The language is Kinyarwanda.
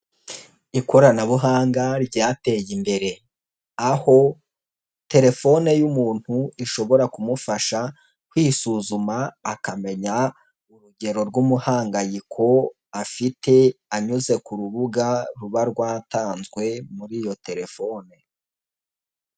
Ikoranabuhanga ryateye imbere, aho telefone y'umuntu ishobora kumufasha kwisuzuma akamenya urugero rw'umuhangayiko afite, anyuze ku rubuga ruba rwatanzwe muri iyo telefone.